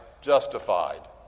justified